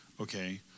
okay